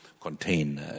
contain